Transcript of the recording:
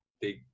Big